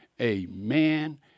Amen